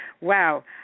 Wow